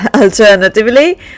alternatively